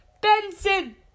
Benson